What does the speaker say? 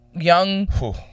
young